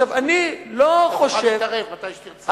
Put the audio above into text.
תוכל להתערב מתי שתרצה.